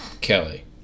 Kelly